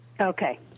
Okay